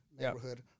neighborhood